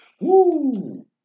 Woo